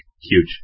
huge